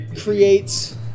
creates